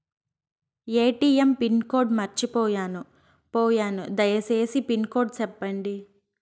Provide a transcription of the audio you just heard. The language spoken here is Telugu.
ఎ.టి.ఎం పిన్ కోడ్ మర్చిపోయాను పోయాను దయసేసి పిన్ కోడ్ సెప్పండి?